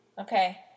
Okay